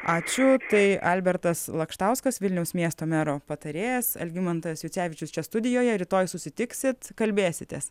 ačiū kai albertas lakštauskas vilniaus miesto mero patarėjas algimantas jucevičius čia studijoje rytoj susitiksit kalbėsitės